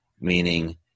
Meaning